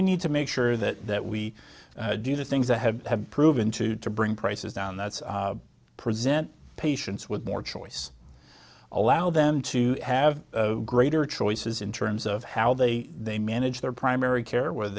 we need to make sure that we do the things that have proven to to bring prices down that's present patients with more choice allow them to have greater choices in terms of how they they manage their primary care whe